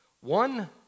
One